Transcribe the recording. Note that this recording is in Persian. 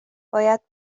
باید